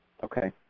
Okay